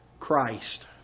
Christ